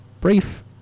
Brief